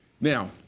Now